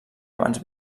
abans